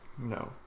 No